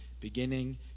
beginning